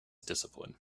discipline